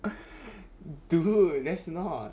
dude that's not